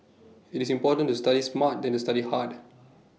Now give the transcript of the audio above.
IT is important to study smart than to study hard